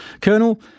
Colonel